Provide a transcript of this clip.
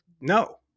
no